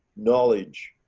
knowledge,